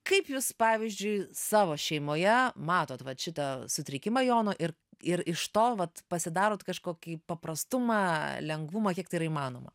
kaip jūs pavyzdžiui savo šeimoje matot va šitą sutrikimą jono ir ir iš to vat pasidarot kažkokį paprastumą lengvumą kiek tai yra įmanoma